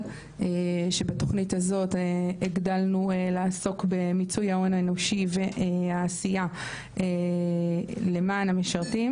שבתוכנית הזאת הגדלנו לעסוק במיצוי ההון האנושי והעשייה למען המשרתים